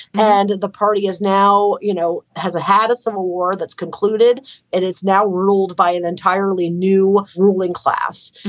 and the party is now, you know, has a had a civil war that's concluded and is now ruled by an entirely new ruling class.